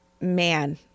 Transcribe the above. man